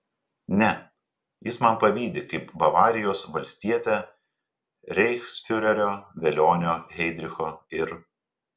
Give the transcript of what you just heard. ne jis man pavydi kaip bavarijos valstietė reichsfiurerio velionio heidricho ir